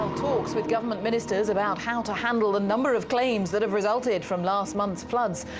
talks with government ministers about how to handle the number of claims that have resulted from last month's floods.